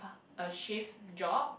a shift job